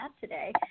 today